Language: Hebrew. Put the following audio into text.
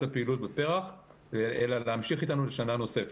הפעילות בפר"ח אלא להמשיך איתנו לשנה נוספת.